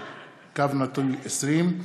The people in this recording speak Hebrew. ופ/2489/20,